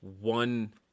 one